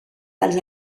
dels